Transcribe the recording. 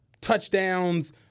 Touchdowns